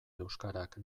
euskarak